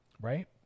right